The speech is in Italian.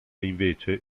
invece